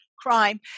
Crime